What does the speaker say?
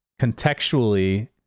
contextually